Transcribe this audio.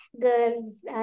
girls